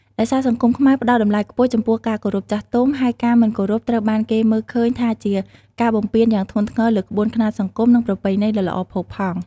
ដោយសារសង្គមខ្មែរផ្ដល់តម្លៃខ្ពស់ចំពោះការគោរពចាស់ទុំ ហើយការមិនគោរពត្រូវបានគេមើលឃើញថាជាការបំពានយ៉ាងធ្ងន់ធ្ងរលើក្បួនខ្នាតសង្គម និងប្រពៃណីដ៏ល្អផូរផង់។